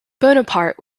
bonaparte